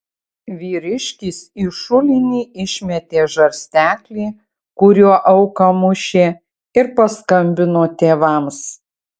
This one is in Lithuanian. vyriškis į šulinį išmetė žarsteklį kuriuo auką mušė ir paskambino tėvams